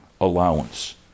allowance